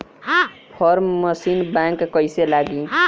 Form machine बैक कईसे लागी?